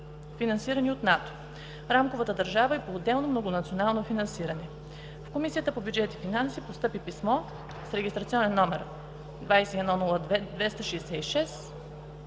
финансирани от НАТО в рамковата държава и поотделно многонационално финансиране. В Комисията по бюджет и финанси постъпи писмо с рег.№ 21-02-266/15.09.2017